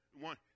one